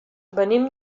venim